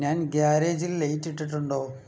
ഞാൻ ഗാരേജിൽ ലൈറ്റ് ഇട്ടിട്ടുണ്ടോ